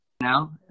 now